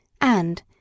and—